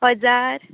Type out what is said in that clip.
हजार